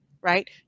right